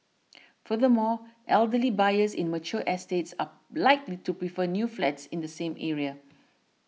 furthermore elderly buyers in mature estates are likely to prefer new flats in the same area